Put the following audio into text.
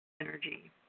energy